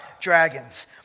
Dragons